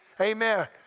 Amen